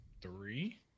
three